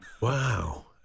Wow